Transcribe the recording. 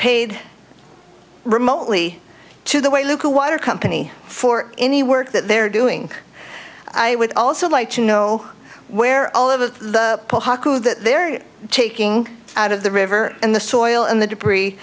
paid remotely to the way local water company for any work that they're doing i would also like to know where all of that they're taking out of the river and the soil in the debris